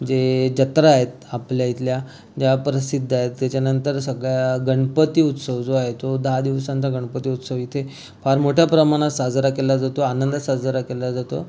जे जत्रा आहेत आपल्या इथल्या ज्या प्रसिद्ध आहेत त्याच्यानंतर सगळ्या गणपती उत्सव जो आहे तो दहा दिवसांचा गणपती उत्सव इथे फार मोठ्या प्रमाणात साजरा केला जातो आनंदात साजरा केला जातो